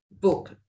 book